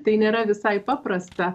tai nėra visai paprasta